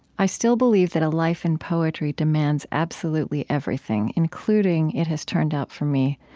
i still believe that a life in poetry demands absolutely everything including, it has turned out for me,